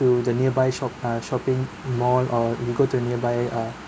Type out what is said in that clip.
to the nearby shop uh shopping mall or we go to the nearby uh